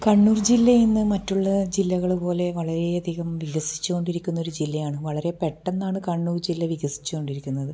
കണ്ണൂർ ജില്ലാ ഇന്ന് മറ്റുള്ള ജില്ലകൾ പോലെ വളരെയധികം വികസിച്ചു കൊണ്ടിരിക്കുന്നൊരു ജില്ലയാണ് വളരെ പെട്ടന്നാണ് കണ്ണൂർ ജില്ല വികസിച്ചുകൊണ്ടിരിക്കുന്നത്